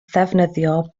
ddefnyddio